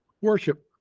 Worship